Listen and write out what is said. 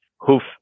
hoof